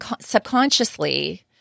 subconsciously